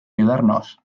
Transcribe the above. ayudarnos